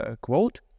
quote